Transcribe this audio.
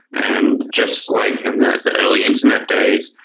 and just like in the the early internet days,